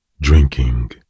drinking